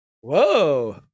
Whoa